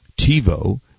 TiVo